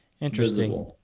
Interesting